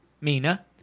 Mina